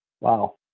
Wow